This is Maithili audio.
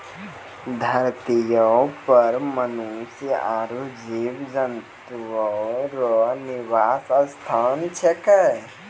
धरतीये पर मनुष्य आरु जीव जन्तु रो निवास स्थान छिकै